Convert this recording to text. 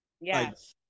Yes